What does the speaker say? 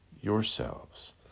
yourselves